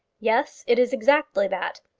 yes it is exactly that.